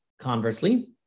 Conversely